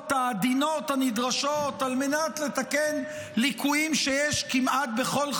העדינות הנדרשות על מנת לתקן ליקויים שיש כמעט בכל חקיקה,